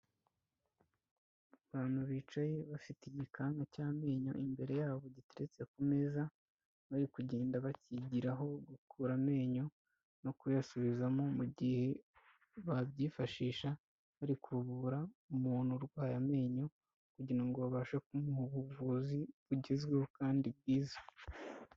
Abantu bicaye bafite igikanka cy'amenyo imbere yabo giteretse ku meza bari kugenda bakigiraho gukura amenyo no kuyasubizamo mu gihe babyifashisha bari kuvura umuntu urwaye amenyo kugira ngo babashe kumuha ubuvuzi bugezweho kandi bwiza.